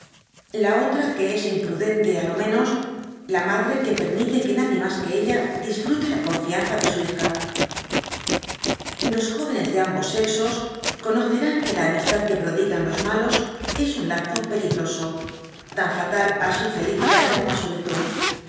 la otra que es imprudente á lo menos la madre que permite que nadie mas que ella disfrute la confianza de su lija los jóvenes de ambos seyibs conocerán que la amistad que prodigan los malos es un lazo peligroso tan fatal á su felicidad como á su virtud